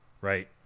right